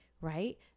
right